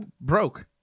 broke